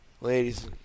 Ladies